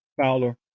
Fowler